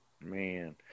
man